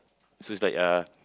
so it's like uh